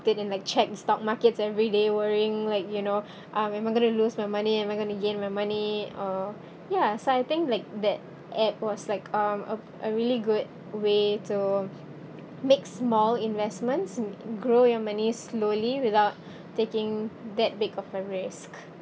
it and like check stock markets everyday worrying like you know uh am I going to lose my money am I going to gain my money or ya so I think like that app was like um a a really good way to make small investments and and grow your money slowly without taking that big of a risk